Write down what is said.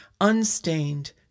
unstained